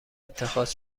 اتخاذ